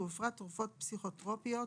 ובפרט תרופות פסיכוטרופיות,